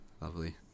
Lovely